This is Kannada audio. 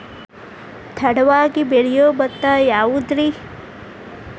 ತಡವಾಗಿ ಬೆಳಿಯೊ ಭತ್ತ ಯಾವುದ್ರೇ?